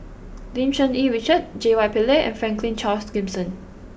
Lim Cherng Yih Richard J Y Pillay and Franklin Charles Gimson